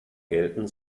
gelten